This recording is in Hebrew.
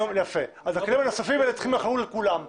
אז הכלים הנוספים האלה צריכים לחול על כולם.